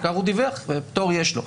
העיקר הוא דיווח ופטור יש לו.